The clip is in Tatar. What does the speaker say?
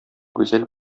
гүзәл